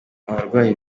abarwayi